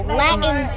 latin